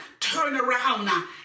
turnaround